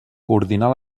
coordinar